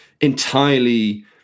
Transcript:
entirely